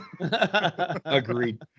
Agreed